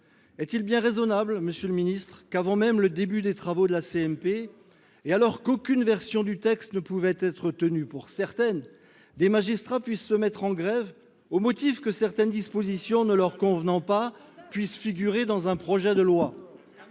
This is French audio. Est il bien raisonnable, monsieur le garde des sceaux, qu’avant même le début des travaux de ladite commission et alors qu’aucune version du texte ne pouvait alors être tenue pour certaine, des magistrats se mettent en grève au motif que certaines dispositions qui ne leur conviendraient pas puissent figurer dans un projet de loi ?